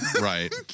Right